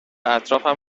اطرافم